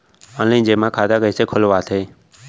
Online जेमा खाता कइसे खोलवाथे?